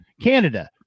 Canada